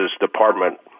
department